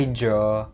draw